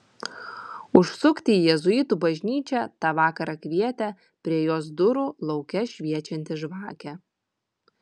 užsukti į jėzuitų bažnyčią tą vakarą kvietė prie jos durų lauke šviečianti žvakė